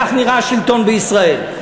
כך נראה השלטון בישראל.